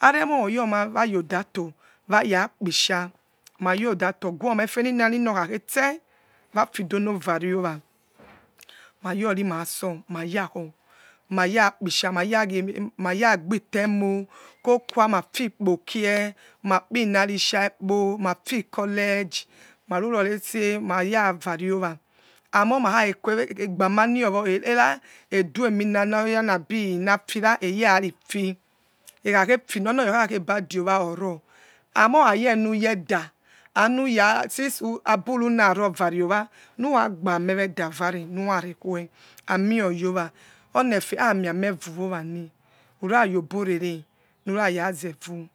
aremie oyoma wayiodato wa yakpisha ayiodato efaninanina okha khese mafidono vare owa mayorimaso mayakpisha maya gbi temo kokua mafifokie makpi narisha kpo mafi college marurorese mayavariowa ami makhawe amie igbomaneso era eduemi na noyanabi emafira erarifi ekheke fine onoya okhakebade owa oro amie ayonuyeda onuya sinse aburuna rovariowa nuragbamewedavare nurareque emeoyowa onefe amia meh vio wana urayoborere nurayaze vu